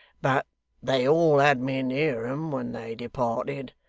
but they all had me near em when they departed.